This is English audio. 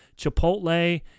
Chipotle